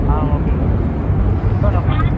ஆ ஓகேங்க எப்போங்க ஃபங்